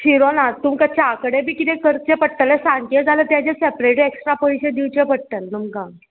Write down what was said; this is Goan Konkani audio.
शिरो ना तुमकां च्या कडे बी कितें करचें पडटलें सांजचें जाल्यार तेजे सेपरेट एक्स्ट्रा पयशे दिवचे पडटले तुमकां